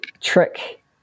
trick